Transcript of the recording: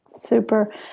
Super